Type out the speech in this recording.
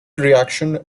reaction